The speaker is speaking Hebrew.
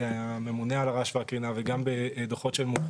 הממונה על הרעש והקרינה וגם בדוחות של מומחי